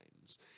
times